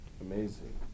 Amazing